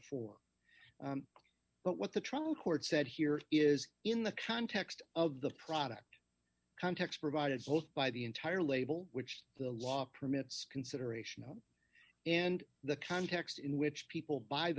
four but what the trial court said here is in the context of the product context provided by the entire label which the law permits consideration and the context in which people buy the